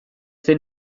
zen